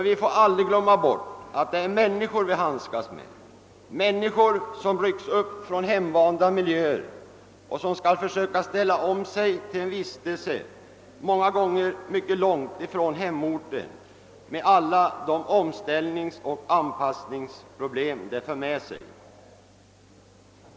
Vi får aldrig glömma att det är människor vi handskas med, människor som rycks upp från hemvanda miljöer och som skall försöka ställa om sig till en vistelse många gånger mycket långt från hemorten, med alla de omställningsoch anpass ningsproblem det för med sig.